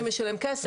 כסף.